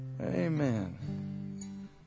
Amen